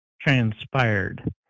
transpired